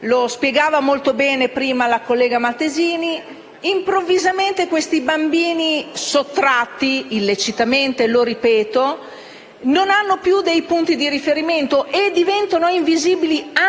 Come spiegava molto bene prima la collega Mattesini, improvvisamente questi bambini, sottratti - lo ripeto - illecitamente, non hanno più punti di riferimento e diventano invisibili anche